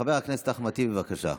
חבר הכנסת אחמד טיבי, בבקשה.